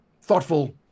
thoughtful